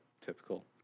typical